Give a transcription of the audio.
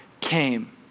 came